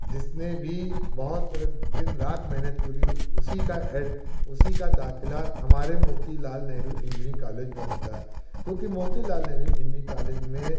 जिसने भी बहुत दिन रात मेहनत की होगी उसी का एड उसी का दाखिला हमारे मोतीलाल नेहरू इंजीनियरिंग कालेज में होता है क्योंकि मोतीलाल नेहरू इंजीनियरिंग कालेज में